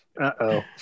Uh-oh